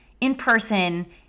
in-person